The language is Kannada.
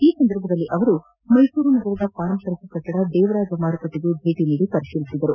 ಈ ಸಂದರ್ಭದಲ್ಲಿ ಅವರು ಮೈಸೂರುನಗರದ ಪಾರಂಪರಿಕ ಕಟ್ಟಡ ದೇವರಾಜ ಮಾರುಕಟ್ಟಿಗೆ ಭೇಟ ನೀಡಿ ಪರಿಶೀಲಿಸಿದರು